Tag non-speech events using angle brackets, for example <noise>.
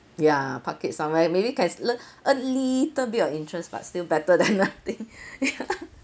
ya park it somewhere maybe can earn little bit of interest but still better than nothing ya <laughs>